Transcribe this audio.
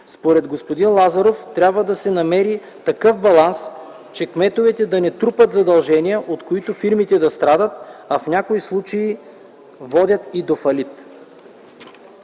Според господин Лазаров трябва да се намери такъв баланс, че кметовете да не трупат задължения, от които фирмите да страдат, а в някои случаи водят и до фалит.